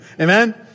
Amen